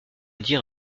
dire